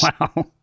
wow